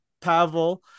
Pavel